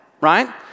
right